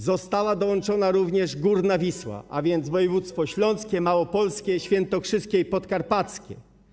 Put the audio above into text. Została dołączona do tego również górna Wisła, a więc województwo śląskie, małopolskie, świętokrzyskie i podkarpackie.